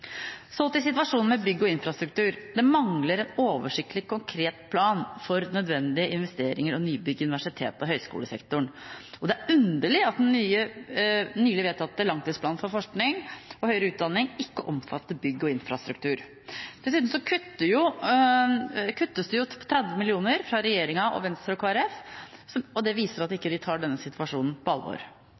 Så til situasjonen for bygg og infrastruktur. Det mangler en oversiktlig konkret plan for nødvendige investeringer og nybygg i universitets- og høyskolesektoren. Og det er underlig at den nylig vedtatte langtidsplanen for forskning og høyere utdanning ikke omfatter bygg og infrastruktur. Dessuten kuttes det jo 30 mill. kr fra regjeringen, Venstre og Kristelig Folkeparti, og det viser at de ikke tar denne situasjonen på alvor.